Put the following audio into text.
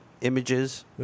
images